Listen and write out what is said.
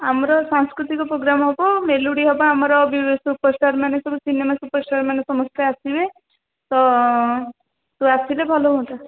ଆମର ସାଂସ୍କୃତିକ ପୋଗ୍ରାମ୍ ହବ ମେଲୋଡ଼ୀ ହବ ଆମର ସୁପରଷ୍ଟାର୍ମାନେ ସବୁ ସିନେମା ସୁପରଷ୍ଟାର୍ମାନେ ସମସ୍ତେ ଆସିବେ ତ ତୁ ଆସିଲେ ଭଲ ହୁଅନ୍ତା